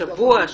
שבוע?